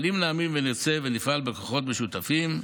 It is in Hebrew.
אבל אם נאמין ונרצה ונפעל בכוחות משותפים,